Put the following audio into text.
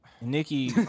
Nikki